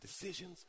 decisions